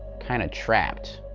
kind of trapped.